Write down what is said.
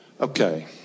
Okay